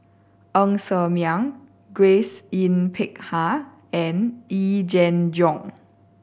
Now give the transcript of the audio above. Ng Ser Miang Grace Yin Peck Ha and Yee Jenn Jong